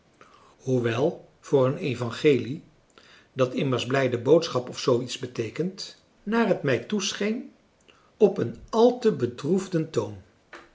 hoewel voor een evangelie dat immers blijde boodschap of zoo iets beteekent naar het mij toescheen op een al te bedroefden toon